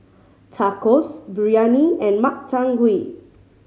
Tacos Biryani and Makchang Gui